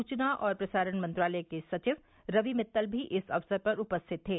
सुचना और प्रसारण मंत्रालय के सचिव रवि मित्तल भी इस अवसर पर उपस्थित थे